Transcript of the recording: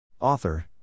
Author